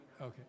Okay